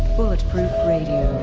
bulletproof radio,